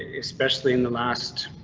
especially in the last.